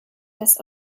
das